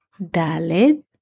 Daled